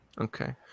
Okay